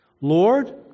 Lord